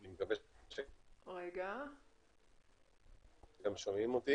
החששות ועל הסיכונים שקיימים, ובכלל.